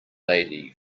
lady